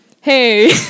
hey